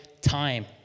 time